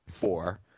four